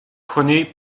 prenait